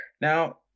Now